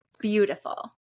beautiful